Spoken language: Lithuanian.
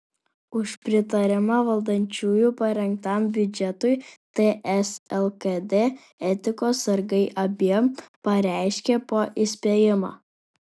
už pritarimą valdančiųjų parengtam biudžetui ts lkd etikos sargai abiem pareiškė po įspėjimą